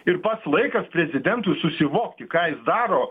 ir pats laikas prezidentui susivokti ką jis daro